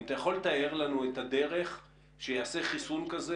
אם אתה יכול לתאר לנו את הדרך שיעשה חיסון כזה